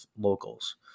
locals